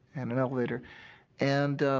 in an elevator and ah,